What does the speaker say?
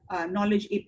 knowledge